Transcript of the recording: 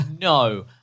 No